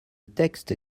texte